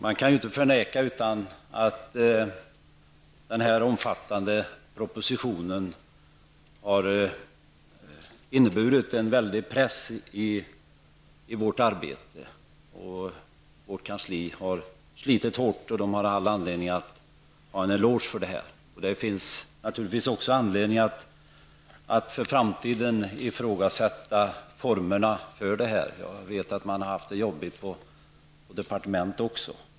Man kan ju inte förneka att den här omfattande propositionen har inneburit en väldig press i vårt arbete. Vårt kansli har slitit hårt, och det finns all anledning att ge kansliet en eloge för detta. Det finns naturligtvis också anledning att för framtiden ifrågasätta formerna för hanterandet. Jag vet att man har haft det jobbigt också på departementet.